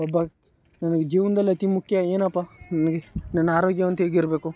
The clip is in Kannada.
ಒಬ್ಬ ನನಗೆ ಜೀವನದಲ್ಲಿ ಅತಿ ಮುಖ್ಯ ಏನಪ್ಪ ನನಗೆ ನನ್ನ ಆರೋಗ್ಯವಂತೆಯಾಗಿರಬೇಕು